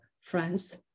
France